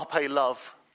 love